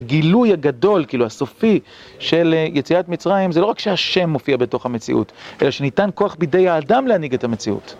גילוי הגדול, כאילו הסופי, של יציאת מצרים, זה לא רק שהשם מופיע בתוך המציאות, אלא שניתן כוח בידי האדם להנהיג את המציאות.